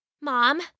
Mom